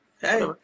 Hey